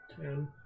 Ten